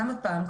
גם הפעם,